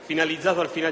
finalizzato al finanziamento delle opere per il G8 e alla definizione degli adempimenti tributari